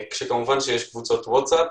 יש גם קבוצות ווטס אפ,